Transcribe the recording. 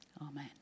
Amen